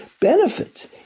benefit